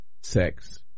sex